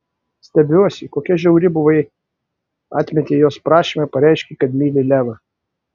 stebiuosi kokia žiauri buvai atmetei jos prašymą pareiškei kad myli levą